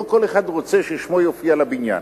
לא כל אחד רוצה ששמו יופיע על הבניין.